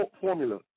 formula